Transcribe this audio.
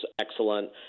excellent